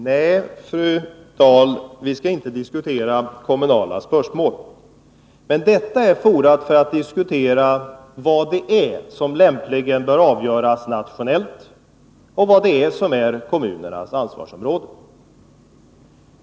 Herr talman! Nej, fru Dahl, vi skall i och för sig inte diskutera kommunala spörsmål. Men detta är rätt forum för att diskutera vad som lämpligen bör avgöras nationellt och vad som tillhör kommunernas ansvarsområden.